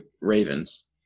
Ravens